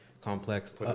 complex